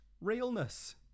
realness